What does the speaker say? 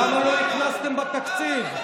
למה לא הכנסתם לתקציב?